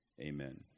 Amen